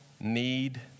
need